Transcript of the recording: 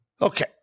Okay